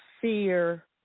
fear